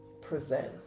presents